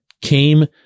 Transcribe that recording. came